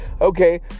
Okay